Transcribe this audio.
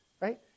right